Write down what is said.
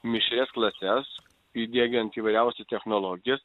mišrias klases įdiegiant įvairiausi technologijas